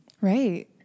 Right